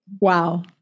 Wow